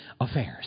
affairs